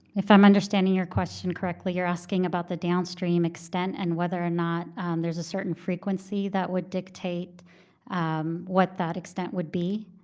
if i'm understanding your question correctly, you're asking about the downstream extent, and whether or not there's a certain frequency that would dictate um what that extent would be?